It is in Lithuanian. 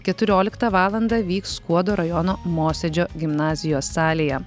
keturioliktą valandą vyks skuodo rajono mosėdžio gimnazijos salėje